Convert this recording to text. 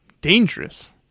Dangerous